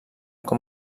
com